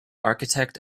architect